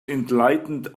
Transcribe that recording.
enlightened